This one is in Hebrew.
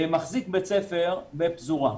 מחזיק בית ספר בפזורה,